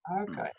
Okay